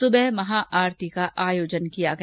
सुबह महा आरती का आयोजन किया गया